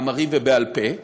מאמרים ובעל-פה,